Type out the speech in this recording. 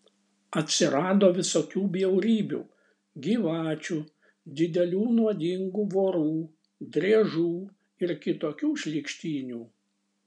atsirado visokių bjaurybių gyvačių didelių nuodingų vorų driežų ir kitokių šlykštynių